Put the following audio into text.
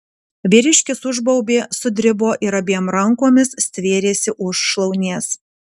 vyriškis užbaubė sudribo ir abiem rankomis stvėrėsi už šlaunies